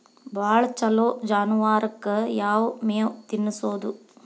ಭಾಳ ಛಲೋ ಜಾನುವಾರಕ್ ಯಾವ್ ಮೇವ್ ತಿನ್ನಸೋದು?